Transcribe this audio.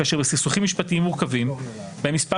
כאשר בסכסוכים משפטיים מורכבים בהם מספר